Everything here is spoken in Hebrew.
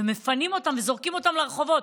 ומפנים אותם וזורקים אותם לרחובות.